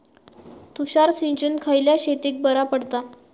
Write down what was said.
तुषार सिंचन खयल्या शेतीक बरा पडता?